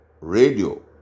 Radio